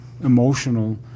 emotional